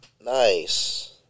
Nice